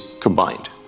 combined